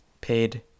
paid